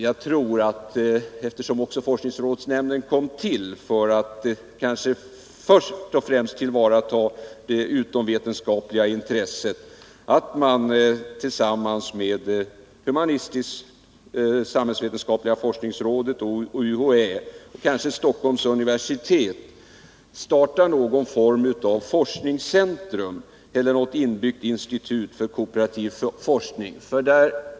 Jag tror att eftersom forskningsrådsnämnden kom till för att först och främst tillvarata det utomvetenskapliga intresset, så kan man tillsammans med humanistisk-samhällsvetenskapliga forskningsrådet och UHÄ, och kanske även tillsammans med Stockholms universitet, kunna starta någon form av forskningscentrum eller något inbyggt institut för kooperativ forskning.